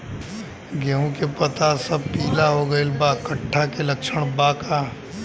गेहूं के पता सब पीला हो गइल बा कट्ठा के लक्षण बा?